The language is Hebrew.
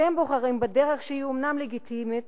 אתם בוחרים בדרך שהיא אומנם לגיטימית,